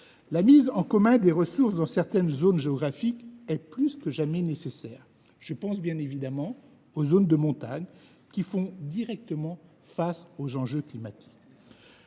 La mise en commun des ressources dans certaines zones géographiques est plus que jamais nécessaire ; je pense aux zones montagneuses, qui sont directement confrontées aux enjeux climatiques.